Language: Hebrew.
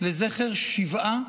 לזכר שבעה